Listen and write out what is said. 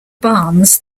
barnes